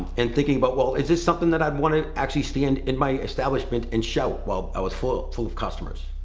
and thinking about, but well, is this something that i'd want to actually stand in my establishment and show while i was full full of customers?